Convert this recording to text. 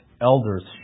Elders